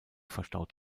verstaut